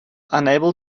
unable